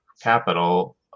capital